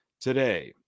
today